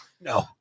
no